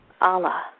Allah